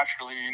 naturally